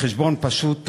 בחשבון פשוט,